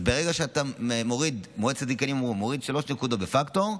ברגע שמועצת הדיקנים מורידה שלוש נקודות דה פקטו,